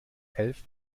elf